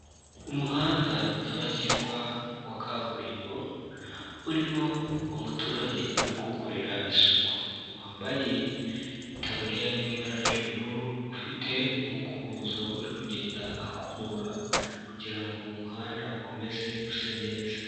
Umuhanda nyabagendwa wa kaburimbo urimo umuturage uri kuwukorera isuku, wambaye itaburiya yo mu ibara ry'ubururu ufite umukubuzo uri kugenda akubura kugira ngo umuhanda ukomeze use neza.